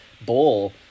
bowl